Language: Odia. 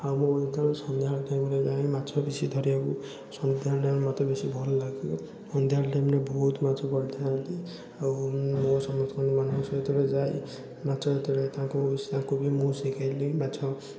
ଆଉ ମୁଁ ଯେତେବେଳେ ସନ୍ଧ୍ୟାବେଳ ଟାଇମ୍ରେ ଯାଏ ମାଛ ବେଶୀ ଧରିବାକୁ ସନ୍ଧ୍ୟାବେଳେ ମୋତେ ବେଶୀ ଭଲ ଲାଗିବ ସନ୍ଧ୍ୟାବେଳ ଟାଇମ୍ରେ ବହୁତ ମାଛ ପଡ଼ିଥାନ୍ତି ଆଉ ସମସ୍ତ ସାଙ୍ଗମାନଙ୍କ ସହିତ ଯାଏ ମାଛ ଯେତେବେଳେ ତାଙ୍କୁ ତାଙ୍କୁ ବି ମୁଁ ଶିଖେଇଲି ମାଛ